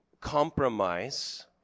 compromise